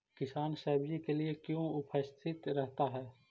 किसान सब्जी के लिए क्यों उपस्थित रहता है?